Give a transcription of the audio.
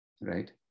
right